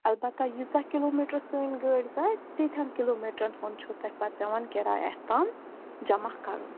البَتہ ییٖژاہ kilometre سٲنۍ گٲڑۍ کَڑِ تیٖتِہَن کِلوٗ میٖٹرن ہُنٛد چھُو تۄہہِ پَتہٕ پٮ۪وان کِراے اَسہِ تام جمع کَرُن